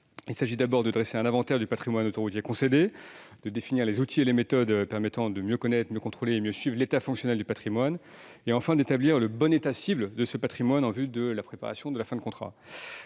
Il s'agit d'abord de dresser un inventaire du patrimoine autoroutier concédé, ensuite de définir les outils et les méthodes permettant de mieux connaître, contrôler et suivre l'état fonctionnel du patrimoine, et enfin d'établir le bon état cible de ce patrimoine en vue de la préparation de la fin de contrat.